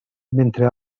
mentre